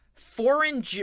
foreign